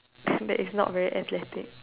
that is not very athletic